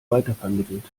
weitervermittelt